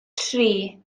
tri